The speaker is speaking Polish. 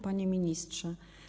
Panie Ministrze!